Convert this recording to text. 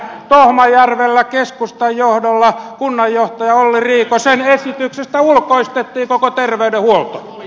tohmajärvellä keskustan johdolla kunnanjohtaja olli riikosen esityksestä ulkoistettiin koko terveydenhuolto